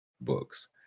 books